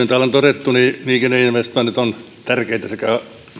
täällä on todettu liikenneinvestoinnit ovat tärkeitä sekä